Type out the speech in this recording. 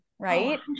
Right